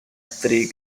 three